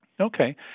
Okay